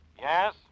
Yes